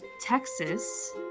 Texas